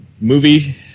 movie